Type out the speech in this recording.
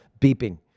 beeping